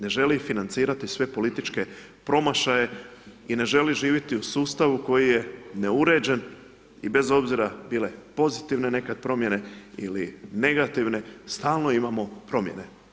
Ne želi financirati sve političke promašaje i ne želi živjeti u sustavu koji je neuređen i bez obzira bile pozitivne nekad promjene ili negativne, stalno imamo promjene.